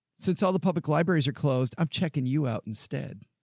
since all the public libraries are closed, i'm checking you out instead.